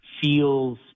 feels